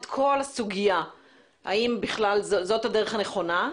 את כל הסוגיה והאם זו בכלל הדרך הנכונה,